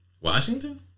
Washington